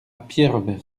pierrevert